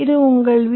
இது உங்கள் வி